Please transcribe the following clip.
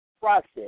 process